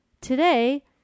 Today